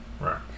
right